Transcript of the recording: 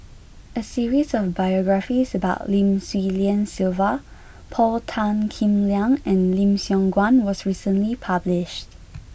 a series of biographies about Lim Swee Lian Sylvia Paul Tan Kim Liang and Lim Siong Guan was recently published